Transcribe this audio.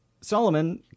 solomon